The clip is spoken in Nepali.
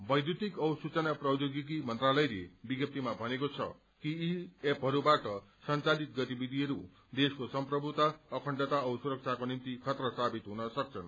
वैषुतिक औ सूचना प्रौयोगिकी मन्त्रालयले वित्तपीमा भनेको छ कि यी एपहरूबाट संघालित गतिविधिहरू देशको सम्प्रभुता अखण्डता औ सुरक्षाको निम्ति खतरा साबित हुन सक्छन्